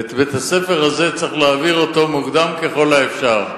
ואת בית-הספר הזה צריך להעביר מוקדם ככל האפשר.